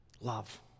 Love